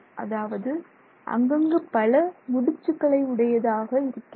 அதாவது அங்கங்கு பல முடிச்சுக்களை உடையதாக இருக்கிறது